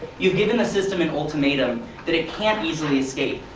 you've given the system an ultimatum that it can't easily escape.